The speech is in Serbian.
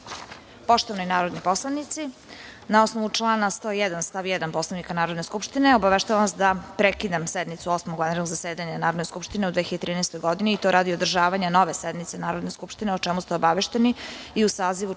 celini. Poštovani narodni poslanici, na osnovu člana 101. stav 1. Poslovnika Narodne skupštine, obaveštavam vas da prekidam sednicu Osmog vanrednog zasedanja Narodne skupštine u 2013. godini i to radi održavanja nove sednice Narodne skupštine, o čemu ste obavešteni i u sazivu Četvrte